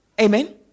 Amen